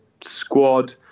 squad